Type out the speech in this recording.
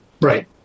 right